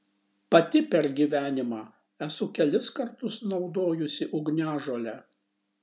pati per gyvenimą esu kelis kartus naudojusi ugniažolę